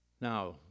Now